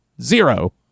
Zero